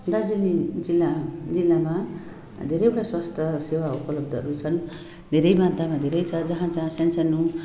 दार्जिलिङ जिल्ला जिल्लामा धेरैवटा स्वास्थ्य सेवा उपलब्धहरू छन् धेरै मात्रामा धेरै छ जहाँ जहाँ सानोसानो